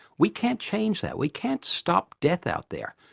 we can't change that, we can't stop death out there.